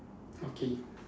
okay